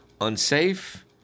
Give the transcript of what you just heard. unsafe